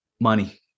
money